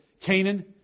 Canaan